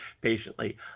patiently